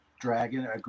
dragon